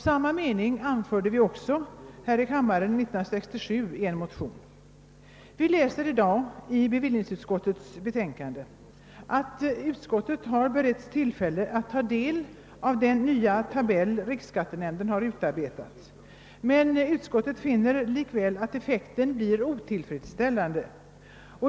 Samma mening anförde vi också i en motion här i kammaren 1967. Vi läser i dag i bevillningsutskottets betänkande, att utskottet har beretts tillfälle att ta del av den nya tabell riksskattenämnden har utarbetat. Men utskottet finner likväl att effekten blir otillfredsställande.